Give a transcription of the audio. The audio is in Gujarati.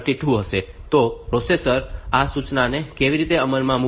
તો પ્રોસેસર આ સૂચનાને કેવી રીતે અમલમાં મૂકશે